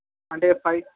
అంటే పై